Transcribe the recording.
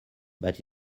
but